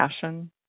passion